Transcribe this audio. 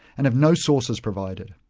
and have no sources provided.